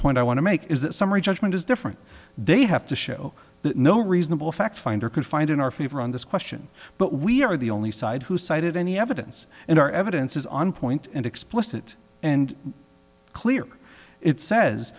point i want to make is that summary judgment is different they have to show that no reasonable fact finder could find in our favor on this question but we are the only side who cited any evidence and our evidence is on point and explicit and clear it says